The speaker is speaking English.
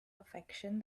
affection